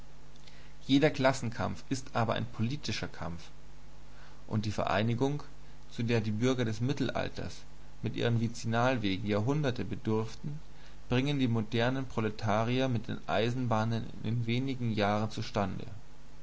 jeder klassenkampf ist aber ein politischer kampf und die vereinigung zu der die bürger des mittelalters mit ihren vizinalwegen jahrhunderte bedurften bringen die modernen proletarier mit den eisenbahnen in wenigen jahren zustande